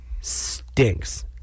stinks